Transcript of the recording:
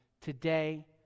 Today